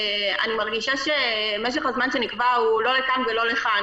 אני מרגישה שמשך הזמן שנקבע הוא לא לכאן ולא לכאן,